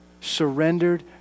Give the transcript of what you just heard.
surrendered